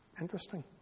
Interesting